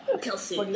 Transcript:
Kelsey